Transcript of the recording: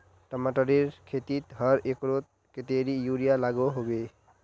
टमाटरेर खेतीत हर एकड़ोत कतेरी यूरिया लागोहो होबे?